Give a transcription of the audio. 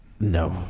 No